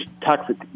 toxic